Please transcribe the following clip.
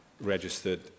registered